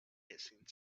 hissing